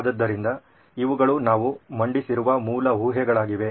ಆದ್ದರಿಂದ ಇವುಗಳು ನಾವು ಮಂಡಿಸಿರುವ ಮೂಲ ಊಹೆಗಳಾಗಿವೆ